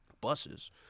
buses